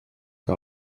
que